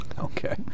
Okay